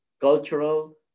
cultural